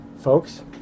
folks